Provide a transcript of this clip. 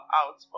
out